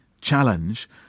challenge